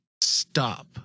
stop